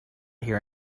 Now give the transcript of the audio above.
here